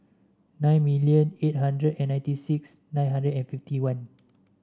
nine million eight hundred and ninety six nine hundred and fifty one